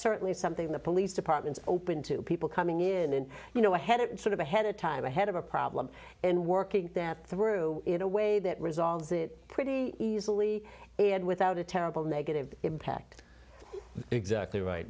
certainly something that police departments open to people coming in and you know ahead of sort of ahead of time ahead of a problem and working that through in a way that resolves it pretty easily and without a terrible negative impact exactly right